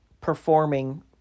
performing